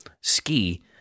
ski